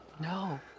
No